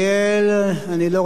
אז חבר הכנסת יעקב כץ,